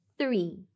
three